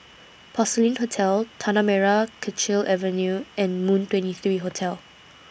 Porcelain Hotel Tanah Merah Kechil Avenue and Moon twenty three Hotel